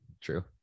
true